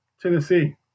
Tennessee